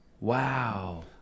Wow